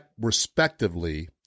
respectively